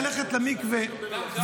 ללכת למקווה,